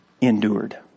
Endured